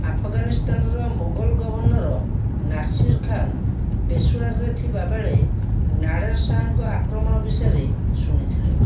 ଆଫଗାନିସ୍ତାନର ମୋଗଲ ଗଭର୍ଣ୍ଣର ନାସିର ଖାନ ପେଶାୱାରରେ ଥିବା ବେଳେ ନାଡ଼େର ଶାହାଙ୍କ ଆକ୍ରମଣ ବିଷୟରେ ଶୁଣିଥିଲେ